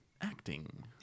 acting